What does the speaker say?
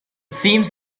seems